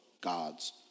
God's